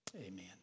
Amen